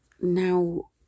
Now